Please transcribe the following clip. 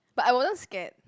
but I wasn't scared